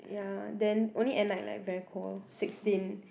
ya then only at night like very cold sixteen